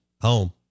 home